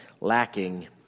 lacking